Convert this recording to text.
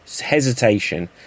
hesitation